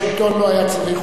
לא היה צריך עוד.